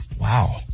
Wow